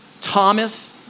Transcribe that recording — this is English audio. Thomas